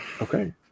Okay